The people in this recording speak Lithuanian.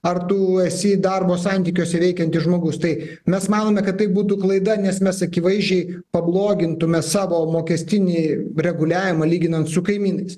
ar tu esi darbo santykiuose veikiantis žmogus tai mes manome kad tai būtų klaida nes mes akivaizdžiai pablogintume savo mokestinį reguliavimą lyginant su kaimynais